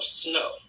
snow